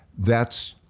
that's